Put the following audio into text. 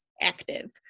active